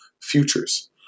futures